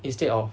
instead of